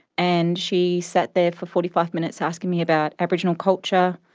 and she sat there for forty five minutes asking me about aboriginal culture,